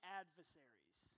adversaries